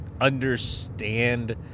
understand